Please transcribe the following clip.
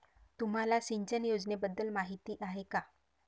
तुम्हाला सिंचन योजनेबद्दल माहिती आहे का?